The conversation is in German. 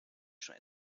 schon